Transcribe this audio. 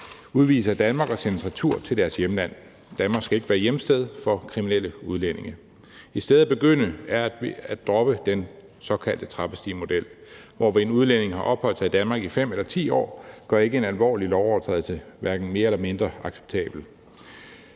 udvises af Danmark og sendes retur til deres hjemland. Danmark skal ikke være hjemsted for kriminelle udlændinge. Et sted at begynde er at droppe den såkaldte trappestigemodel, for det, at en udlænding har opholdt sig i Danmark i 5 eller 10 år, gør ikke en alvorlig lovovertrædelse mere eller mindre acceptabel.